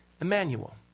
Emmanuel